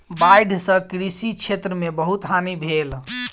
बाइढ़ सॅ कृषि क्षेत्र में बहुत हानि भेल